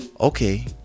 Okay